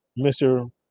Mr